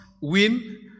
win